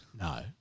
No